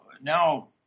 now